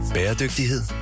Bæredygtighed